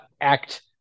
act